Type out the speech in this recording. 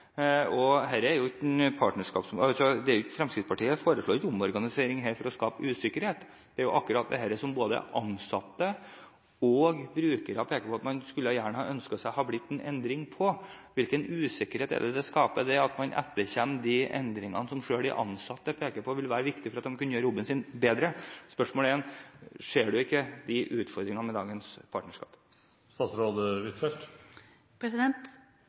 omorganisering her for å skape usikkerhet. Det er jo akkurat dette som både ansatte og brukere peker på at man gjerne kunne ha ønsket seg en endring av. Hvilken usikkerhet skaper det at man etterkommer de endringene som selv de ansatte peker på vil være viktige for at de skal kunne gjøre jobben sin bedre? Ser ikke statsråden disse utfordringene med dagens partnerskap?